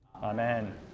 amen